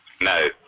No